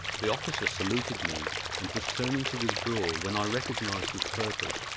the officer saluted me and was turning to withdraw, when i recognised his purpose,